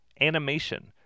animation